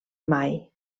mai